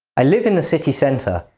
i live in the city center,